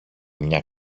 μια